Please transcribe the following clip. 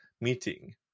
meeting